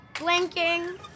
Blinking